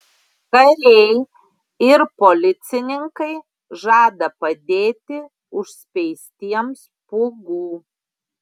kariai ir policininkai žada padėti užspeistiems pūgų